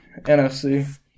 NFC